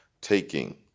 taking